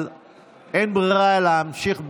אבל אין ברירה אלא להמשיך בסדר-היום.